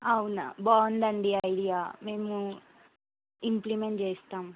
అవునా బాగుందండి ఐడియా మేము ఇంప్లిమెంట్ చేస్తాం